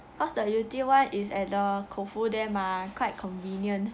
cause the yew tee [one] is at the Koufu there mah quite convenient